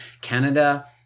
Canada